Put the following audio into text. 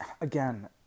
again